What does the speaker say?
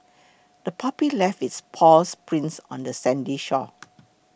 the puppy left its paw prints on the sandy shore